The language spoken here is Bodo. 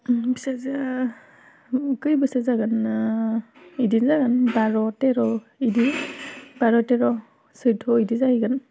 फिसाजोया खय बोसोर जागोन ना बिदिनो जागोन बार' थेर' बिदि बार' थेर' सैद' बिदि जाहैगोन